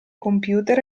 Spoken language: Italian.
computer